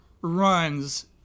runs